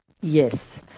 Yes